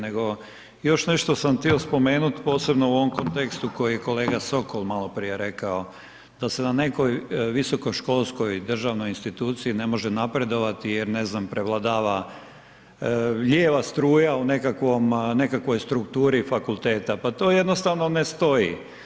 Nego, još nešto sam htio spomenuti posebno u ovom kontekstu koji je kolega Sokol maloprije rekao, da se na nekoj visokoškolskoj državnoj instituciji, ne može napredovati, jer ne znam, prevladava lijeva struja, u nekakvoj strukturi fakulteta, pa to jednostavno ne stoji.